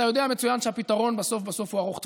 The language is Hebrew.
אתה יודע מצוין שהפתרון בסוף בסוף הוא ארוך טווח.